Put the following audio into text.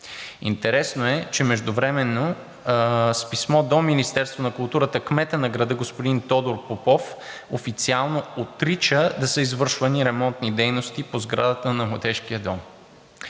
Интересно е, че междувременно с писмо до Министерството на културата кметът на града – господин Тодор Попов, официално отрича да са извършвани ремонтни дейности по сградата на Младежкия дом.